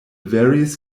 various